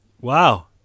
Wow